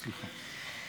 סליחה.